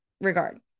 regard